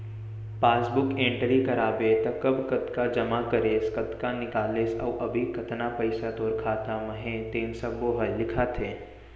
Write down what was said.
passbook entry कराबे त कब कतका जमा करेस, कतका निकालेस अउ अभी कतना पइसा तोर खाता म हे तेन सब्बो ह लिखाथे